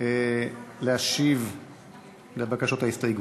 להשיב על בקשות ההסתייגות.